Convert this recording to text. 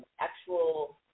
actual